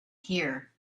here